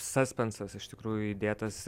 saspensas iš tikrųjų įdėtas